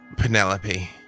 Penelope